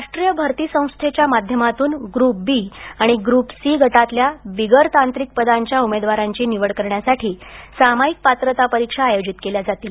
राष्ट्रीय भरती संस्थेच्या माध्यमातून ग्रुप बी आणि ग्रुप सी गटातल्या बिगर तांत्रिक पदांच्या उमेदवारांची निवड करण्यासाठी सामायिक पात्रता परीक्षा आयोजित केल्या जातील